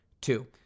two